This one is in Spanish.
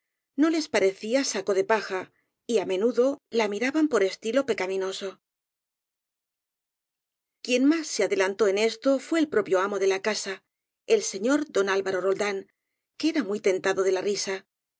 no les parecía saco de paja y á menudo la miraban por estilo pecaminoso quien más se adelantó en esto fué el propio amo de la casa el señor don alvaro roldán que era muy tentado de la risa